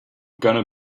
gonna